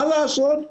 מה לעשות,